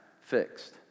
fixed